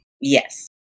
Yes